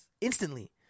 instantly